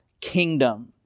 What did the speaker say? kingdom